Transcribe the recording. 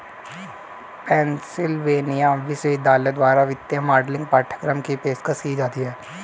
Pennsylvania विश्वविद्यालय द्वारा वित्तीय मॉडलिंग पाठ्यक्रम की पेशकश की जाती हैं